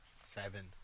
seven